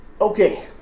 Okay